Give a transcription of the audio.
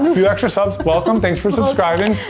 few few extra subs welcome. thanks for subscribing,